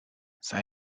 sei